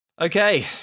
Okay